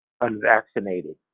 unvaccinated